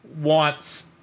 wants